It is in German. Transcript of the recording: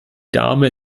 dame